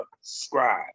subscribe